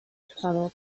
krwawe